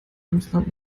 emsland